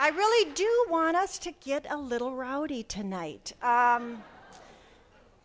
i really do want us to get a little rowdy tonight